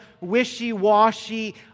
wishy-washy